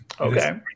Okay